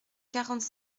quarante